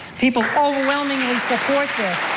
people overwhelmingly support this.